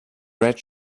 red